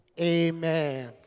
Amen